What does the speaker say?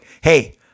hey